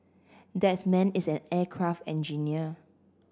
that man is an aircraft engineer